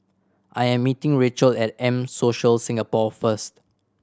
I am meeting Rachel at M Social Singapore first